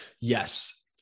Yes